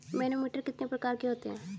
Manometer कितने प्रकार के होते हैं?